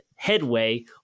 headway